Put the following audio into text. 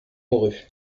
mourut